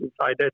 inside